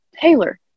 taylor